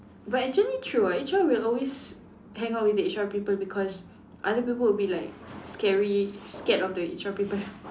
but actually true ah H_R would always hang out with the H_R people because other people would be like scary scared of the H_R people